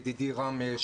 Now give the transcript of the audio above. ידידי רם,